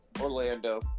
Orlando